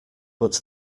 but